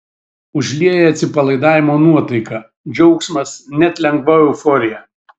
užlieja atsipalaidavimo nuotaika džiaugsmas net lengva euforija